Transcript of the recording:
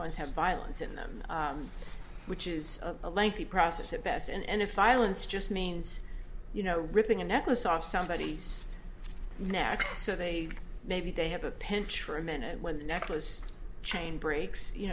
ones have violence in them which is a lengthy process at best and if silence just means you know ripping a necklace off somebody next so they maybe they have a penchant for a minute when the necklace chain breaks you